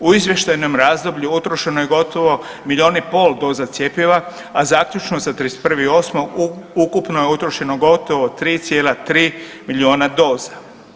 U izvještajnom razdoblju utrošeno je gotovo milion i pol doza cjepiva, a zaključno sa 31.8. ukupno je utrošeno gotovo 3,3 miliona doza.